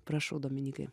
prašau dominykai